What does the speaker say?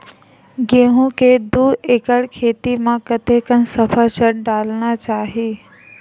गेहूं के दू एकड़ खेती म कतेकन सफाचट डालना चाहि?